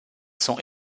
sont